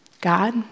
God